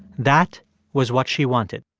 that was what she wanted